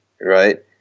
right